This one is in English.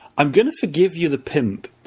i'm going to forgive you, the pimp,